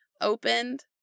opened